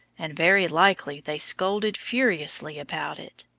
and very likely they scolded furiously about it.